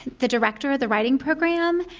the director of the writing program,